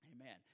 Amen